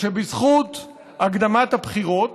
שבזכות הקדמת הבחירות